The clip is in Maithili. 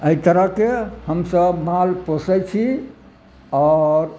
एहि तरहके हमसब माल पोसै छी आओर